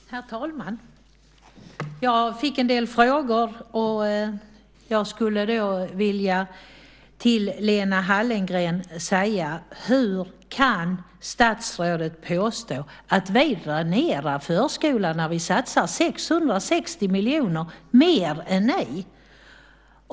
Herr talman! Jag fick en del frågor. Jag vill till Lena Hallengren säga: Hur kan statsrådet påstå att vi dränerar förskolan när vi satsar 660 miljoner mer än ni?